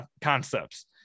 concepts